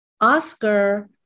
Oscar